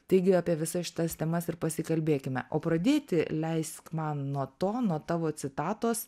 taigi apie visas šitas temas ir pasikalbėkime o pradėti leisk man nuo to nuo tavo citatos